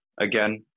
again